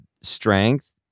strength